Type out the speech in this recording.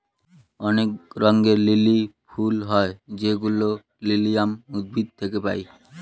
অনেক রঙের লিলি ফুল হয় যেগুলো লিলিয়াম উদ্ভিদ থেকে পায়